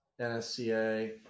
NSCA